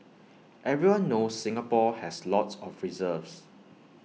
everyone knows Singapore has lots of reserves